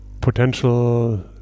potential